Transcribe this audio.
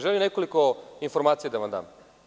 Želim nekoliko informacija da vam dam.